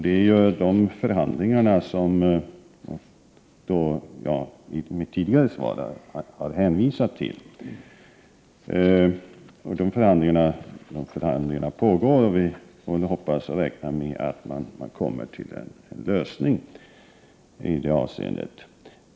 Det är de förhandlingarna som jag i mitt svar tidigare har hänvisat till. De förhandlingarna pågår, och vi får väl räkna med att man kommer till en lösning i det avseendet.